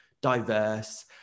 diverse